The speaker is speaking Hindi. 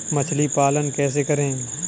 मछली पालन कैसे करें?